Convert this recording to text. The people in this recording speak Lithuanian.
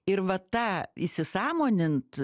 ir va tą įsisąmonint